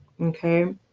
okay